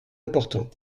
important